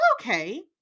okay